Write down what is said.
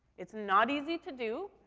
it's not easy to do,